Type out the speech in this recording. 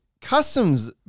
customs